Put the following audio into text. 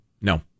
no